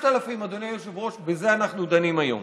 5000, אדוני היושב-ראש, בזה אנחנו דנים היום.